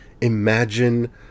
Imagine